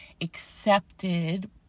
accepted